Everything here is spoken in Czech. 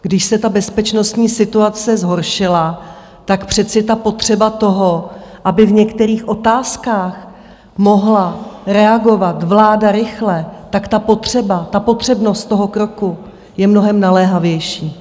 Když se bezpečnostní situace zhoršila, tak přece potřeba toho, aby v některých otázkách mohla reagovat vláda rychle, ta potřeba, potřebnost toho kroku je mnohem naléhavější.